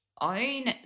own